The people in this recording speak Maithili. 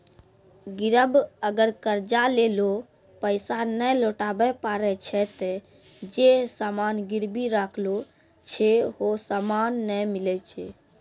गिरब अगर कर्जा लेलो पैसा नै लौटाबै पारै छै ते जे सामान गिरबी राखलो छै हौ सामन नै मिलै छै